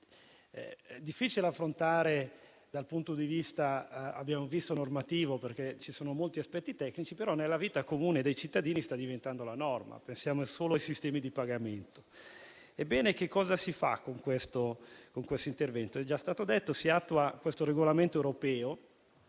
difficile da affrontare dal punto di vista normativo, perché ci sono molti aspetti tecnici, però nella vita comune dei cittadini sta diventando la norma (basti pensare ai sistemi di pagamento). Con questo intervento, com'è già stato detto, si attua il regolamento europeo